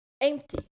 empty